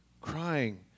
crying